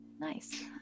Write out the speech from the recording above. Nice